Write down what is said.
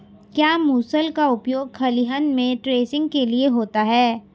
क्या मूसल का उपयोग खलिहान में थ्रेसिंग के लिए होता है?